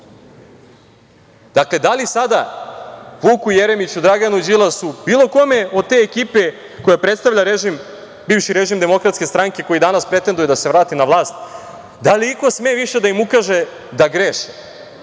Dakle, da li sada Vuku Jeremiću, Draganu Đilasu, bilo kome od te ekipe koja predstavlja bivši režim DS, koji danas pretenduje da se vrati na vlast, iko sme više da ukaže da greše